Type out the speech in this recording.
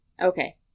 Okay